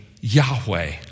Yahweh